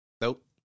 Nope